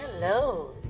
Hello